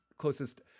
closest